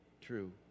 true